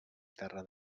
terra